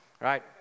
Right